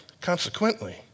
Consequently